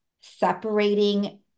separating